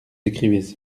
écrivez